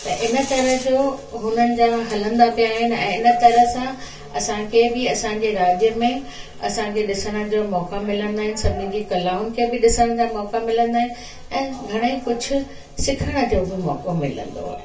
त इन तरह जो हुननि जा हलंदा पया आहिनि ऐं इन तरह सां असांखे बि असांजे राज्य में असांखे ॾिसण जो मौक़ा मिलंदा आहिनि सभिनी जी कलाउनि खे बि ॾिसण जा मौक़ा मिलंदा आहिनि ऐं घणेई कुझु सिखण जो बि मौक़ो मिलंदो आहे